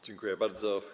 Dziękuję bardzo.